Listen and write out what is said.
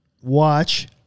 watch